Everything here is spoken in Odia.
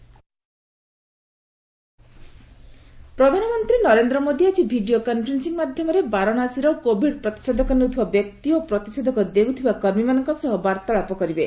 ପିଏମ୍ ଭାକ୍ସିନେସନ୍ ପ୍ରଧାନମନ୍ତ୍ରୀ ନରେନ୍ଦ୍ର ମୋଦୀ ଆଜି ଭିଡ଼ିଓ କନ୍ଫରେନ୍ଦିଂ ମାଧ୍ୟମରେ ବାରାଣସୀର କୋବିଡ୍ ପ୍ରତିଷେଧକ ନେଉଥିବା ବ୍ୟକ୍ତି ଓ ପ୍ରତିଷେଧକ ଦେଉଥିବା କର୍ମୀମାନଙ୍କ ସହ ବାର୍ଭାଳାପ କରିବେ